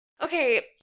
Okay